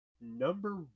Number